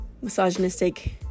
misogynistic